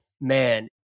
man